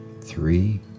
three